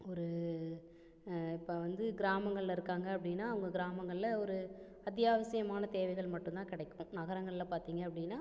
ஒரு இப்போ வந்து கிராமங்களில் இருக்காங்க அப்படின்னா அவங்க கிராமங்களில் ஒரு அத்தியாவசியமான தேவைகள் மட்டும்தான் கிடைக்கும் நகரங்களில் பார்த்தீங்க அப்படின்னா